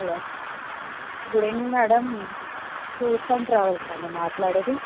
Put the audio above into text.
hello good evening madam tours and ట్రావెల్సా అండి మాట్లాడేది